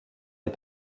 des